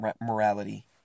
morality